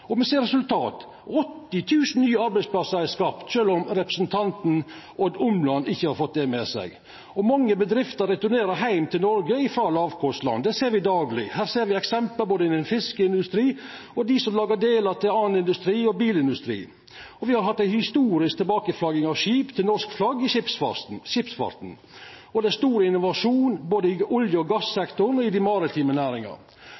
Me ser resultat. 80 000 nye arbeidsplassar er skapte – sjølv om representanten Odd Omland ikkje har fått det med seg. Mange bedrifter returnerer heim til Noreg frå lågkostland, det ser me dagleg. Me ser eksempel både innan fiskeindustri og når det gjeld dei som lagar delar til annan industri og bilindustri. Me har hatt ei historisk utflagging av skip tilbake til norsk flagg i skipsfarten. Det er stor innovasjon både i olje- og